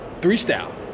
three-style